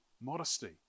modesty